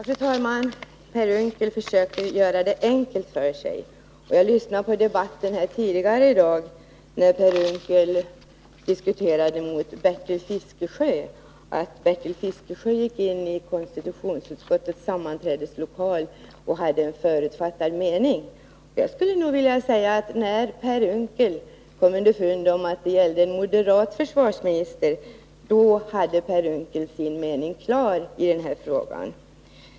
Fru talman! Per Unckel försöker göra det enkelt för sig. Jag lyssnade på debatten tidigare i dag när Per Unckel sade att Bertil Fiskesjö gick in i konstitutionsutskottets sammanträdeslokal med en förutfattad mening. Jag skulle nog vilja säga att när Per Unckel kom underfund med att det gällde en moderat försvarsminister, hade Per Unckel sin mening klar i den här frågan.